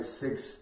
six